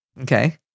Okay